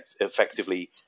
effectively